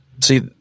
See